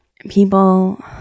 People